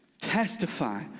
testify